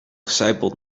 sijpelt